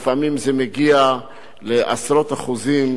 לפעמים זה מגיע לעשרות אחוזים,